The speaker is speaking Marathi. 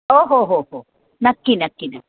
हो हो हो हो नक्की नक्की नक्की